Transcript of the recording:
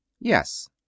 Yes